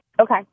okay